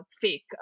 fake